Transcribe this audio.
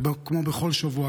וכמו בכל שבוע,